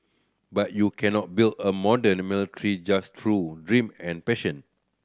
but you cannot build a modern military just through dream and passion